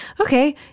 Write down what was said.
okay